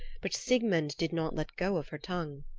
but sigmund did not let go of her tongue.